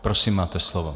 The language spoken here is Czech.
Prosím, máte slovo.